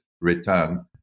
return